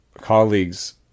colleagues